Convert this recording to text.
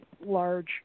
large